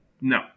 No